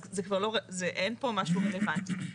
אז אין פה משהו רלוונטי.